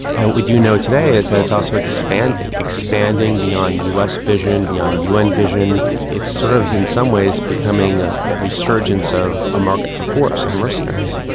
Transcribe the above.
and what we do know today is that it's also expanding, expanding beyond us vision, beyond un vision. it's sort of in some ways becoming a resurgence of a market for force, of mercenaries.